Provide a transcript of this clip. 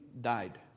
died